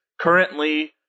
currently